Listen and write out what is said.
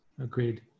Agreed